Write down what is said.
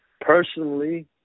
personally